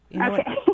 Okay